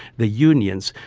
the unions,